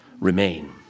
remain